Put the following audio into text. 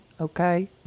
okay